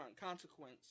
Consequence